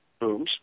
booms